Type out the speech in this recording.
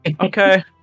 Okay